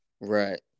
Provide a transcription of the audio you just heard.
right